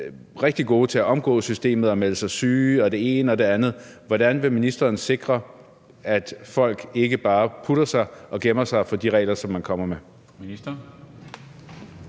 rigtig gode til at omgå systemet og melde sig syge og det ene og det andet. Hvordan vil ministeren sikre, at folk ikke bare putter sig og gemmer sig fra de regler, som man kommer med?